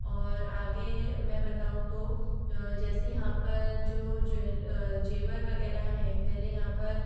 और आगे मैं बताऊँ तो जैसे यहाँ पर जो ज्वे ज़ेवर वग़ैरह हैं पहले यहाँ पर